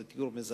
זה תיאור מזעזע,